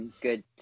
Good